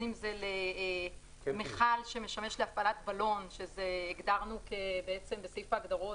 מכלים שמשמש להפעלת בלון שהגדרנו בסעיף ההגדרות.